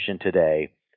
today